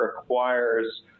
requires